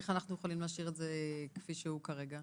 איך אנחנו יכולים להשאיר את זה כפי שזה כרגע?